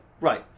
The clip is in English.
Right